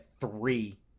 three